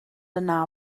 yna